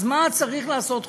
אז למה צריך לעשות חוק?